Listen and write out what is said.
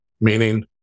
meaning